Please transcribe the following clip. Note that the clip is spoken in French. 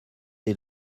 des